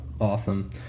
awesome